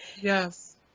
Yes